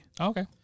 Okay